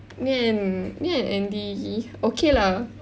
me and me and Andy okay lah